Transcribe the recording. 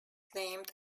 named